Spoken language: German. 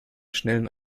schnellen